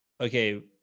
Okay